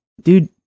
dude